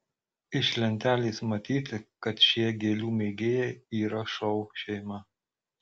iš lentelės matyti kad šie gėlių mėgėjai yra šou šeima